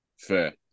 Fair